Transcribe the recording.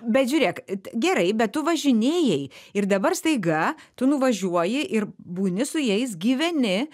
bet žiūrėk gerai bet tu važinėjai ir dabar staiga tu nuvažiuoji ir būni su jais gyveni